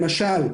למשל,